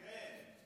כן.